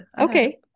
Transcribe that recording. Okay